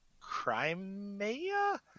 Crimea